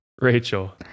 Rachel